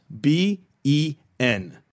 B-E-N